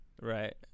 Right